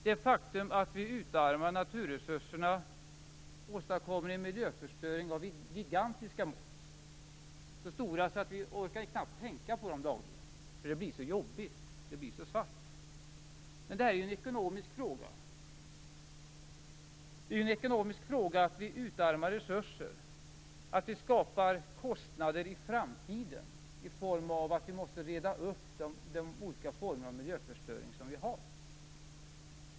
Det faktum att vi utarmar naturresurserna åstadkommer en miljöförstöring av gigantiska mått, så stor att vi knappt orkar tänka på den dagligen. Det blir så jobbigt, det blir så svart. Men det här är en ekonomisk fråga. Det är en ekonomisk fråga att vi utarmar resurser, att vi skapar kostnader i framtiden i form av att vi måste reda upp de olika former av miljöförstöring som vi har.